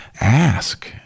Ask